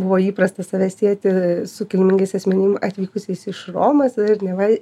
buvo įprasta save sieti su kilmingais asmenim atvykusiais iš romos ir neva